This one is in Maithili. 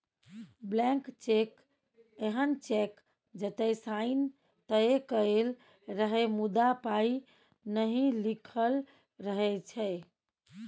ब्लैंक चैक एहन चैक जतय साइन तए कएल रहय मुदा पाइ नहि लिखल रहै छै